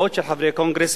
מאות חברי קונגרס,